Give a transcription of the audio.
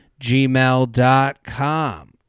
gmail.com